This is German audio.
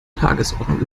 tagesordnung